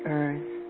earth